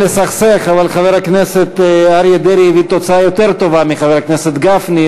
אבל חבר הכנסת אריה דרעי הביא תוצאה יותר טובה מחבר הכנסת גפני.